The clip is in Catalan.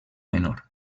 menor